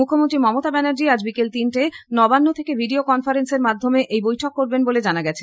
মুখ্যমন্ত্রী মমতা ব্যানার্জি আজ বিকাল তিনটায় নবান্ন থেকে ভিডিও কনফারেন্স এর মাধ্যমে এই বৈঠক করবেন বলে জানা গেছে